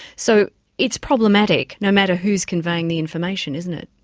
so it's problematic no matter who is conveying the information, isn't it.